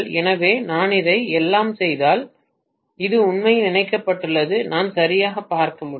எனவே நான் இதை எல்லாம் செய்தால் இது உண்மையில் இணைக்கப்பட்டுள்ளது நான் சரியாகப் பார்க்க முடியும்